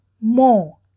More